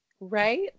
Right